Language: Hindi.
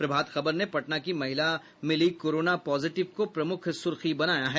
प्रभात खबर ने पटना की महिला मिली कोरोना पॉजिटिव को प्रमुख सुर्खी बनायी है